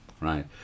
right